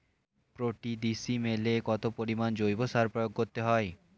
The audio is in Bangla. প্রতি ডিসিমেলে কত পরিমাণ জৈব সার প্রয়োগ করতে হয়?